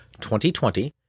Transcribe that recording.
2020